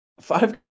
five